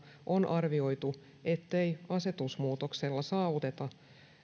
on arvioitu ettei asetusmuutoksella saavutettava